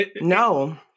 No